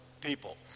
people